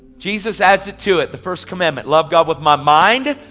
jesus adds it to it, the first commandment. love god with my mind,